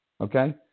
okay